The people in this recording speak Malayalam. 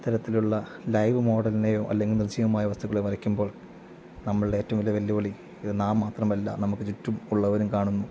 ഇത്തരത്തിലുള്ള ലൈവ് മോഡലിനെയോ അല്ലെങ്കിൽ നിർജ്ജീവമായ വസ്തുക്കളയോ വരയ്ക്കുമ്പോൾ നമ്മുടെ ഏറ്റവും വലിയ വെല്ലുവിളി ഇത് നാം മാത്രമല്ല നമുക്ക് ചുറ്റും ഉള്ളവരും കാണുന്നു